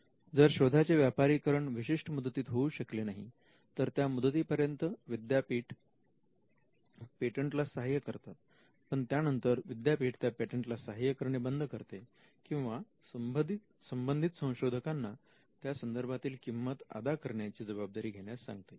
जर शोधाचे व्यापारीकरण विशिष्ट मुदतीत होऊ शकले नाही तर त्या मुदतीपर्यंत विद्यापीठ पेटंटला सहाय्य करतात पण त्यानंतर विद्यापीठ त्या पेटंटला सहाय्य करणे बंद करते किंवा संबंधित संशोधकांना त्यासंदर्भातील किंमत अदा करण्याची जबाबदारी घेण्यास सांगते